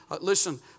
listen